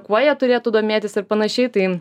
kuo jie turėtų domėtis ir panašiai tai